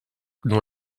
dont